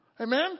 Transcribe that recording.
Amen